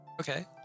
Okay